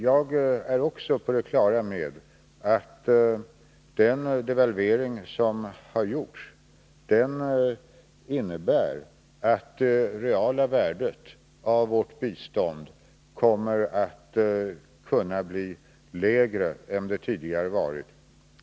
Jag är också på det klara med att den devalvering som har gjorts innebär att det reala värdet av vårt bistånd kan komma att bli lägre än det tidigare varit.